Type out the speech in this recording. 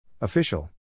Official